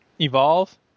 Evolve